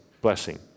blessing